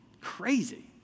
crazy